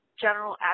general